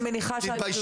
אני מניחה שהתלוצצת.